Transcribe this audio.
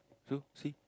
so see